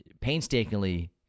painstakingly